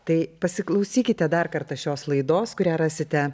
tai pasiklausykite dar kartą šios laidos kurią rasite